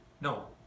No